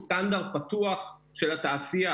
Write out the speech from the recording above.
היא סטנדרט פתוח של התעשייה,